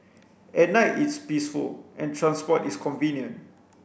at night it's peaceful and transport is convenient